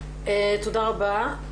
תודה רבה.